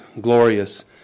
glorious